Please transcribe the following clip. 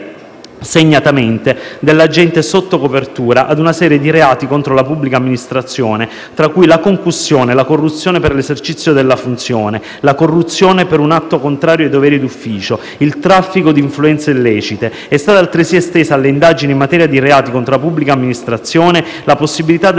segnatamente dell'agente sotto copertura, a una serie di reati contro la pubblica amministrazione, tra cui la concussione e la corruzione per l'esercizio della funzione, la corruzione per un atto contrario ai doveri d'ufficio, il traffico di influenze illecite. È stata altresì estesa alle indagini in materia di reati contro la pubblica amministrazione la possibilità della